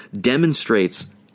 demonstrates